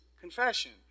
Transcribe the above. confession